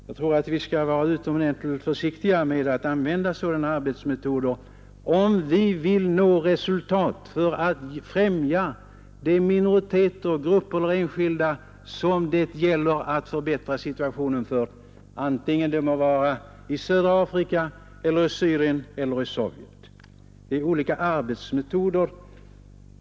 Jag tror att vi skall vara utomordentligt försiktiga med att använda sådana arbetsmetoder, om vi vill nå resultat för att främja de minoriteter, grupper eller enskilda, som det gäller att förbättra situationen för — det må vara i södra Afrika eller i Syrien eller i Sovjet. Det är olika arbetsmetoder.